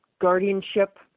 guardianship